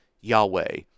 Yahweh